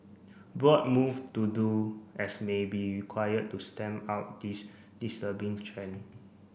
bold move to do as may be required to stamp out this disturbing trend